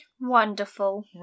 Wonderful